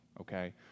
okay